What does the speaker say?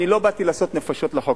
אני לא באתי לעשות נפשות לחוק,